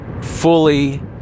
fully